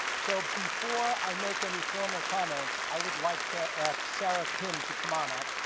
so before i make any formal comments, i would like to ask sara kim to come on up.